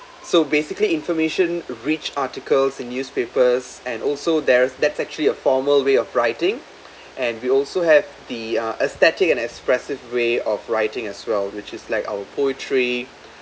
so basically information reach articles and newspapers and also there's there's actually a formal way of writing and we also had the uh aesthetic and expressive way of writing as well which is like our poetry